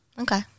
Okay